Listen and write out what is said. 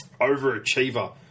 overachiever